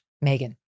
Megan